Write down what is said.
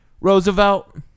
Roosevelt